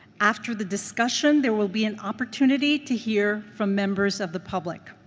after the discussion, there will be an opportunity to hear from members of the public.